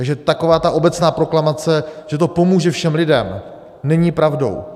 Takže taková ta obecná proklamace, že to pomůže všem lidem, není pravdou.